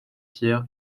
pierre